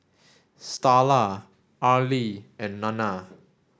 Starla Arlie and Nanna